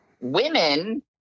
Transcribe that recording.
women